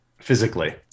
physically